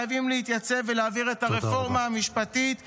חייבים להתייצב ולהעביר את הרפורמה המשפטית מייד,